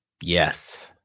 Yes